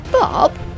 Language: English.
Bob